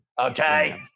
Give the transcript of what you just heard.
Okay